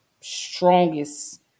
strongest